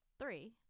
Three